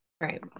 Right